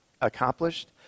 accomplished